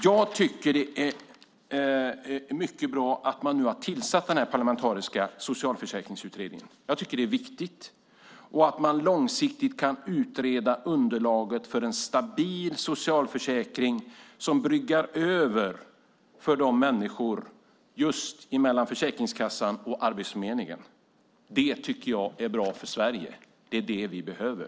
Jag tycker att det är mycket bra att man nu har tillsatt den här parlamentariska socialförsäkringsutredningen. Jag tycker att det är viktigt. Det är viktigt att man långsiktigt kan utreda underlaget för en stabil socialförsäkring som bildar en brygga mellan Försäkringskassan och Arbetsförmedlingen för dessa människor. Jag tycker att det är bra för Sverige. Det är det vi behöver.